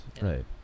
right